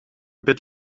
bit